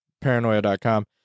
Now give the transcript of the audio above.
paranoia.com